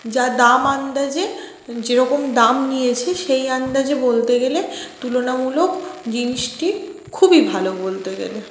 যা দাম আন্দাজে যেরকম দাম নিয়েছে সেই আন্দাজে বলতে গেলে তুলনামূলক জিনিসটি খুবই ভালো বলতে গেলে